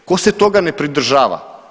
Tko se toga ne pridržava?